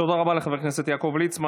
תודה רבה לחבר הכנסת יעקב ליצמן.